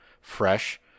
fresh